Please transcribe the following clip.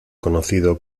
conocido